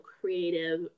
creative